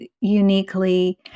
uniquely